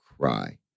cry